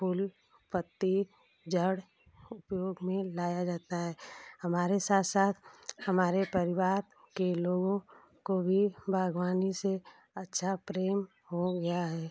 फूल पत्ती जड़ उपयोग में लाया जाता है हमारे साथ साथ हमारे परिवार के लोगों को भी बागवानी से अच्छा प्रेम हो गया है